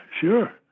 Sure